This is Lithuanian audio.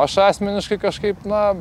aš asmeniškai kažkaip na